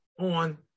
on